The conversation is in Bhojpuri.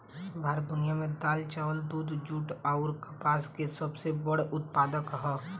भारत दुनिया में दाल चावल दूध जूट आउर कपास के सबसे बड़ उत्पादक ह